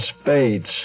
spades